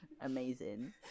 Amazing